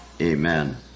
Amen